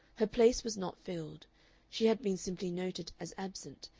her place was not filled she had been simply noted as absent,